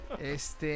Este